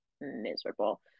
miserable